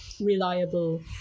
reliable